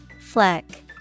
fleck